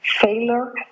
failure